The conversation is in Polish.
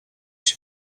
się